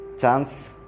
chance